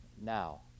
now